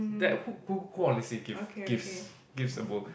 that who who honestly give gives gives a